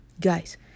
Guys